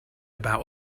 about